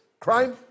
crime